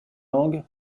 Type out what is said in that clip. langue